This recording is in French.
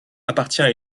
appartient